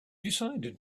decided